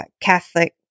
Catholic